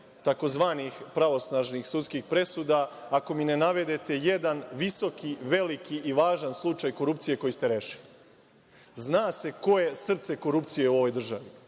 tzv. pravosnažnih sudskih presuda, ako mi ne navedete jedan visoki, veliki i važan slučaj korupcije koji ste rešili. Zna se ko je srce korupcije u ovoj državi.